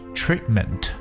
treatment